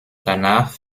danach